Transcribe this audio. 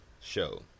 show